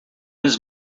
does